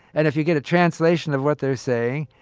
and if you get a translation of what they're saying,